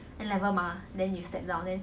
no lah sixteen place uh only top